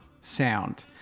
sound